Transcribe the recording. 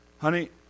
Honey